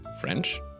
French